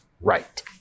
right